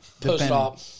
Post-op